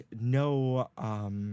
no